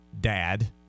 dad